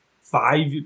five